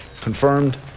confirmed